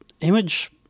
Image